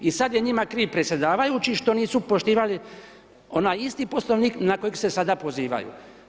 I sada je njima kriv predsjedavajući što nisu poštivali onaj isti Poslovnik na kojeg se sada pozivaju.